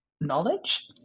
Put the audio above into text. knowledge